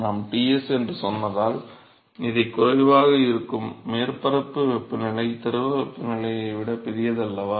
நாம் Ts என்று சொன்னதால் இது குறைவாக இருக்கும் மேற்பரப்பு வெப்பநிலை திரவ வெப்பநிலையை விட பெரியது அல்லவா